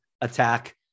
attack